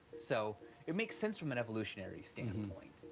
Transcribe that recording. so it makes sense from an evolutionary standpoint.